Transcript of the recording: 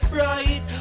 right